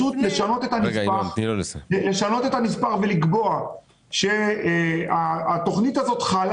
רק לשנות את המספר ולקבוע שהתוכנית הזאת חלה